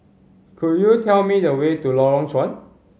could you tell me the way to Lorong Chuan